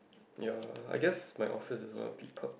ya I guess my office is one a bit of perks